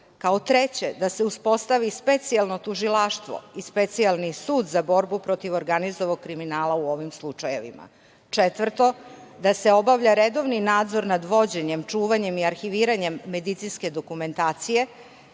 da se uspostavi specijalno tužilaštvo i specijalni sud za borbu protiv organizovanog kriminala u ovim slučajevima. Četvrto, da se obavlja redovni nadzor nad vođenjem, čuvanjem i arhiviranjem medicinske dokumentacije. Peto,